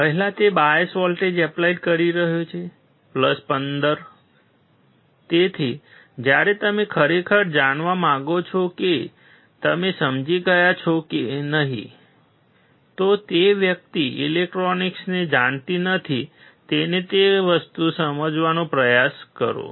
પહેલા તે bias voltage applied કરી રહ્યો છે 15 તેથી જ્યારે તમે ખરેખર જાણવા માગો છો કે તમે સમજી ગયા છો કે નહીં તો જે વ્યક્તિ ઇલેક્ટ્રોનિક્સને જાણતી નથી તેને તે જ વસ્તુ સમજાવવાનો પ્રયાસ કરો